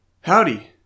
Howdy